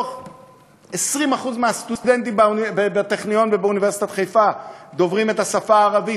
20% מהסטודנטים בטכניון ובאוניברסיטת חיפה דוברים את השפה הערבית.